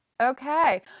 okay